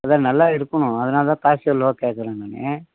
அதான் நல்லா இருக்கணும் அதனால் தான் காசி அல்வாவை கேக்கிறேன் நான்